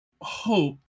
hope